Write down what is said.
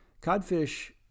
Codfish